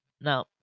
Now